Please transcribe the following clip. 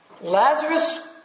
Lazarus